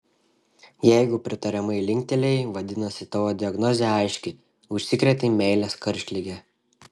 jeigu pritariamai linktelėjai vadinasi tavo diagnozė aiški užsikrėtei meilės karštlige